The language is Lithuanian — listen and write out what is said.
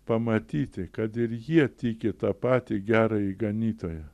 pamatyti kad ir jie tiki tą patį gerąjį ganytoją